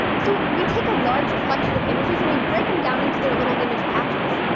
so we take a large collection of images, and we break them down into their little image patches.